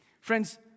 Friends